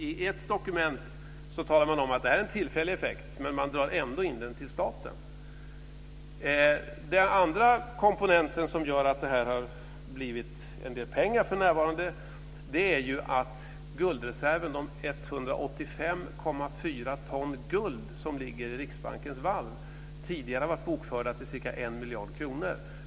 I ett dokument talar man om att detta är en tillfällig effekt, men man drar ändå in den till staten. Den andra komponenten som gör att det här har blivit en del pengar är att guldreserven - de 185,4 ton guld som ligger i Riksbankens valv - tidigare har varit bokförd till ca 1 miljard kronor.